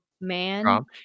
man